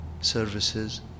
services